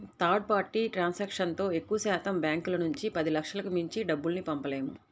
third party ట్రాన్సాక్షన్తో ఎక్కువశాతం బ్యాంకుల నుంచి పదిలక్షలకు మించి డబ్బుల్ని పంపలేము